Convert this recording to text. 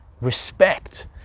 respect